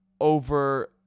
over